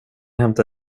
hämta